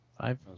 Five